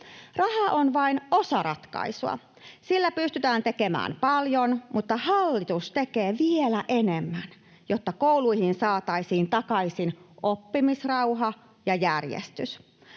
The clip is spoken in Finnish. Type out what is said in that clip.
Raha on vain osa ratkaisua. Sillä pystytään tekemään paljon, mutta hallitus tekee vielä enemmän, jotta kouluihin saataisiin takaisin oppimisrauha ja järjestys.